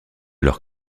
leurs